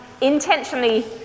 intentionally